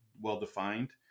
well-defined